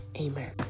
Amen